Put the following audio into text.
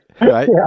right